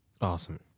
Awesome